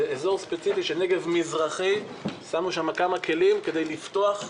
באזור הספציפי של הנגב המזרחי שמנו כמה כלים כדי לפתוח מפעלים.